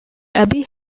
abbey